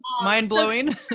mind-blowing